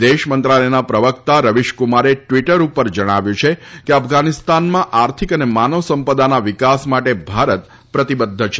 વિદેશ મંત્રાલયના પ્રવક્તા રવિશકુમારે ટ્વીટર ઉપર જણાવ્યું છે કે અફઘાનિસ્તાનમાં આર્થિક અને માનવ સંપદાના વિકાસ માટે ભારત પ્રતિબધ્ધ છે